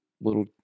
little